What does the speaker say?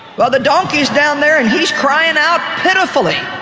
well, the donkey's down there and he's crying out pitifully.